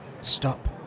stop